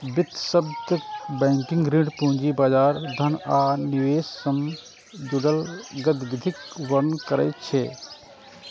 वित्त शब्द बैंकिंग, ऋण, पूंजी बाजार, धन आ निवेश सं जुड़ल गतिविधिक वर्णन करै छै